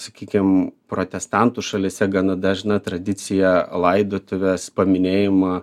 sakykim protestantų šalyse gana dažna tradicija laidotuves paminėjimą